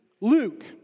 Luke